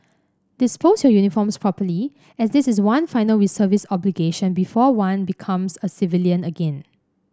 dispose your uniforms properly as this is one final reservist obligation before one becomes a civilian again